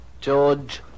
George